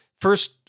first